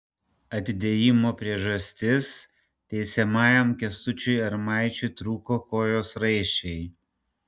atidėjimo priežastis teisiamajam kęstučiui armaičiui trūko kojos raiščiai